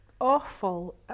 awful